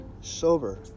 sober